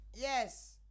Yes